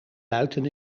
buiten